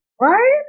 Right